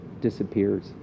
disappears